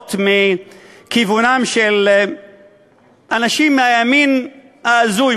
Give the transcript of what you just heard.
שבאות מכיוונם של אנשים מהימין ההזוי,